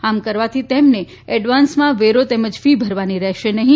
આમ કરવાથી તેમન એડવાન્સમાં વેરો તેમજ ફી ભરવાની રહેશે નહીં